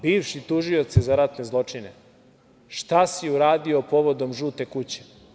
Bivši tužioče za ratne zločine, šta si uradio povodom „žute kuće“